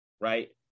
right